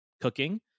cooking